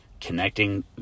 connecting